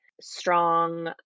strong